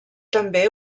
també